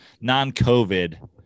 non-COVID